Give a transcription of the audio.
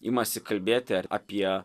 imasi kalbėti apie